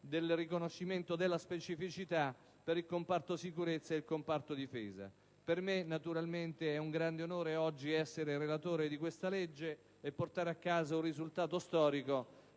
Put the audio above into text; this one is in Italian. del riconoscimento della specificità per il comparto sicurezza e il comparto difesa. Naturalmente è un grande onore per me oggi essere il relatore di questa legge e portare a casa un risultato storico